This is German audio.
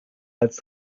als